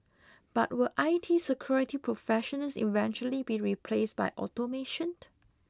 but will I T security professionals eventually be replaced by automation